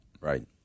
Right